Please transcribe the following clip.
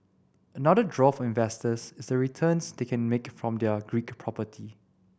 another draw for investors is the returns they can make from their Greek property